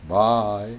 bye